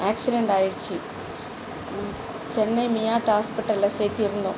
accident ஆகிடிச்சி சென்னை மியாட் ஹாஸ்ப்பிட்டலில் சேர்த்திருந்தோம்